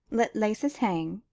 let laces hang,